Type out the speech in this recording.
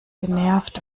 genervt